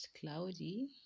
cloudy